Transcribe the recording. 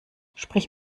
sprich